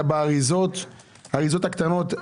היה באריזות הקטנות.